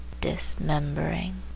dismembering